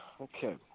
okay